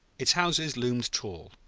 its houses loomed tall,